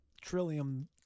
Trillium